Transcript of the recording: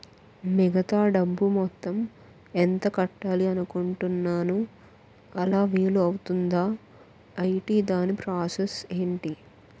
మిగతా డబ్బు మొత్తం ఎంత కట్టాలి అనుకుంటున్నాను అలా వీలు అవ్తుంధా? ఐటీ దాని ప్రాసెస్ ఎంటి?